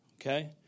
Okay